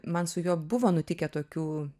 man su juo buvo nutikę tokių